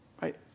right